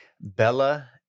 Bella